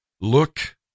Look